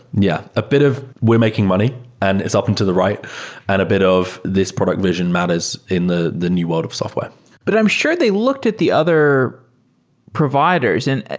yeah, a bit of we're making money and it's up into the right and a bit of this product vision matters in the the new world of software but i'm sure they looked at the other providers. and i